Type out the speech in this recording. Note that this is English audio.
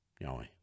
Yahweh